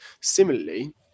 similarly